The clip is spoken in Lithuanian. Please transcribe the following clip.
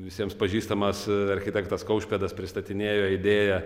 visiems pažįstamas architektas kaušpėdas pristatinėjo idėją